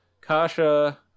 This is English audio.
Kasha